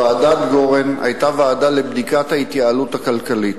ועדת-גורן היתה ועדה לבדיקת ההתייעלות הכלכלית.